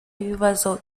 y’ibibazo